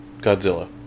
Godzilla